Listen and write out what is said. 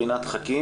עירית.